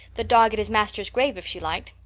the dog at his master's grave if she liked.